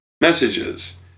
messages